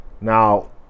Now